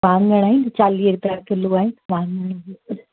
वाङण आहिनि चालीह रुपया किलो आहे वाङणु बि